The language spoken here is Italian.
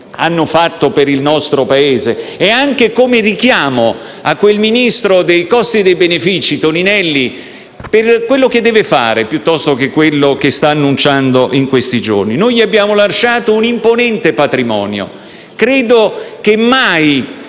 hanno fatto per il nostro Paese e anche come richiamo a quel ministro dei costi e dei benefici, il ministro Toninelli, per quello che deve fare piuttosto che quello che sta annunciando in questi giorni. Noi abbiamo lasciato un imponente patrimonio. Credo che mai